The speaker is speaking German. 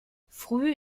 früh